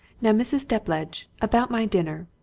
now, mrs. depledge, about my dinner.